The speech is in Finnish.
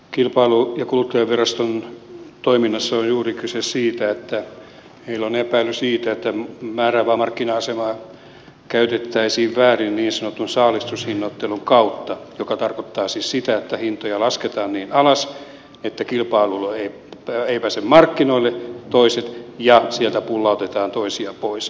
kilpailu ja kuluttajaviraston toiminnassa on juuri kyse siitä että heillä on epäily siitä että määräävää markkina asemaa käytettäisiin väärin niin sanotun saalistushinnoittelun kautta joka tarkoittaa siis sitä että hintoja lasketaan niin alas että kilpailulla eivät pääse markkinoille toiset ja sieltä pullautetaan toisia pois